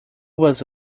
was